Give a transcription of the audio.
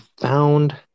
found